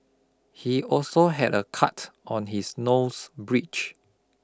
he also had a cut on his nose bridge